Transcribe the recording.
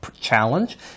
Challenge